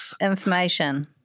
information